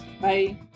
Bye